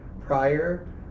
prior